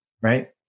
right